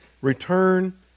return